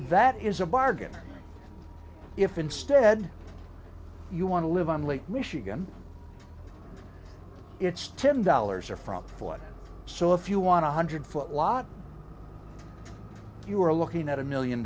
that is a bargain if instead you want to live on lake michigan it's ten dollars or front foot so if you want a hundred foot lot you're looking at a million